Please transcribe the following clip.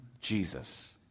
Jesus